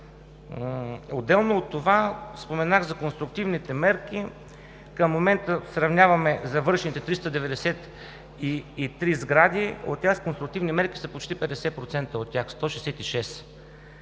Отделно от това споменах за конструктивните мерки. Към момента сравняваме завършените 393 сгради, от тях с конструктивни мерки са почти 50% от тях 166.